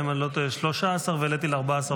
אם אני לא טועה, זה היה 13, והעליתי ל-14.5.